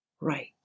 right